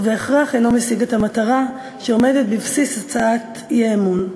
ובהכרח אינו משיג את המטרה שעומדת בבסיס הצעת האי-אמון.